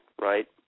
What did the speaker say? right